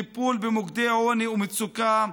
טיפול במוקדי עוני ומצוקה,